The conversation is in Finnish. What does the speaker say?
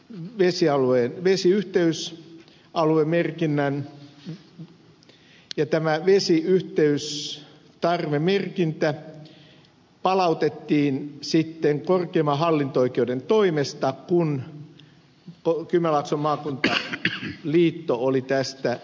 kanavamerkinnän siis tällaisen vesiyhteysaluemerkinnän ja tämä vesiyhteystarvemerkintä palautettiin sitten korkeimman hallinto oikeuden toimesta kun kymenlaakson maakuntaliitto oli tästä valittanut